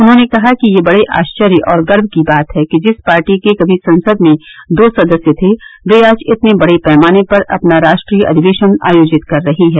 उन्होंने कहा कि यह बड़े आश्चर्य और गर्व की बात है कि जिस पार्टी के कभी संसद में दो सदस्य थे वह आज इतने बड़े पैमाने पर अपना राष्ट्रीय अधिवेशन आयोजित कर रही है